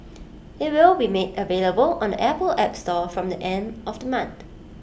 IT will be made available on the Apple app store from the end of the month